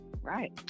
right